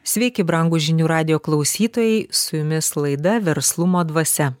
sveiki brangūs žinių radijo klausytojai su jumis laida verslumo dvasia